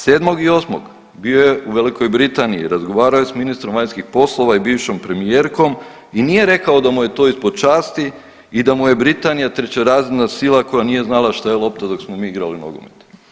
7. i 8. bio je u Velikoj Britaniji, razgovarao je s ministrom vanjskih poslova i bivšom premijerkom i nije rekao da mu je to ispod časti i da mu je Britanija trećerazredna sila koja nije znala šta je lopta dok smo mi igrali nogomet.